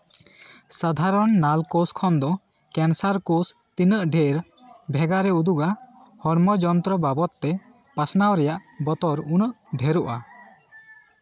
ᱥᱟᱫᱷᱟᱨᱚᱱ ᱱᱟᱞ ᱠᱳᱥ ᱠᱷᱚᱱ ᱫᱚ ᱠᱮᱱᱥᱟᱨ ᱠᱳᱥ ᱛᱤᱱᱟᱹᱜ ᱰᱷᱮᱨ ᱵᱷᱮᱜᱟᱨᱮ ᱩᱫᱩᱜᱟ ᱦᱚᱲᱢᱚ ᱡᱚᱱᱛᱨᱚ ᱵᱟᱵᱚᱫᱽ ᱛᱮ ᱯᱟᱥᱱᱟᱣ ᱨᱮᱭᱟᱜ ᱵᱚᱛᱚᱨ ᱩᱱᱟᱹᱜ ᱰᱷᱮᱨᱚᱜᱼᱟ